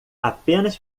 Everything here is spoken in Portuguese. apenas